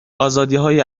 آزادیهای